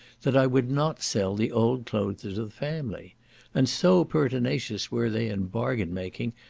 that i would not sell the old clothes of the family and so pertinacious were they in bargain-making,